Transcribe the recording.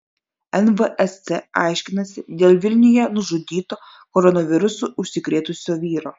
nvsc aiškinasi dėl vilniuje nužudyto koronavirusu užsikrėtusio vyro